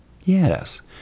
Yes